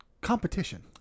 competition